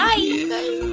Bye